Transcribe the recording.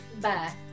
bye